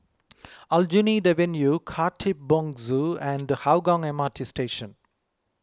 Aljunied Avenue Khatib Bongsu and Hougang M R T Station